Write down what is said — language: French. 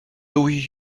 oui